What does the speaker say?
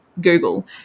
google